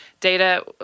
Data